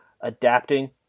adapting